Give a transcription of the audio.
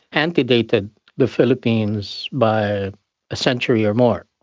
antedated the philippines by a century or more.